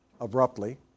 abruptly